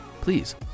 please